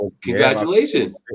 congratulations